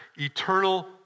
Eternal